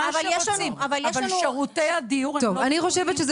אבל שירותי הדיור לא ------ יש לנו